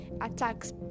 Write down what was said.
attacks